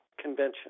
convention